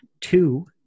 two